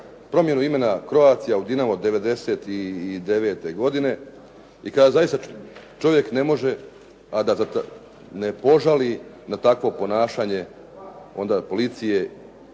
promjenu imena Croatia u Dinamo '99. godine i kada zaista čovjek ne može a da ne požali na takvo ponašanje policije